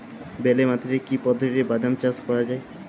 বেলে মাটিতে কি পদ্ধতিতে বাদাম চাষ করা যায়?